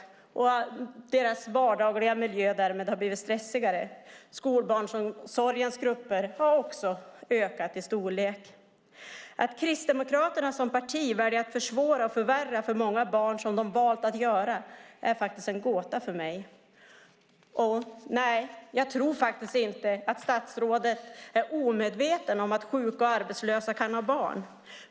Därmed har deras vardagliga miljö blivit stressigare. Också storleken på skolbarnsomsorgens grupper har ökat. Att Kristdemokraterna som parti väljer att försvåra och förvärra för många barn så som de valt att göra är en gåta för mig. Nej, jag tror faktiskt inte att statsrådet är omedveten om att sjuka och arbetslösa kan ha barn.